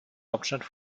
hauptstadt